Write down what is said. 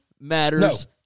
matters